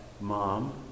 Mom